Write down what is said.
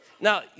now